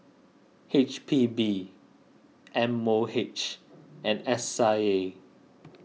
H P B M O H and S I A